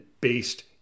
based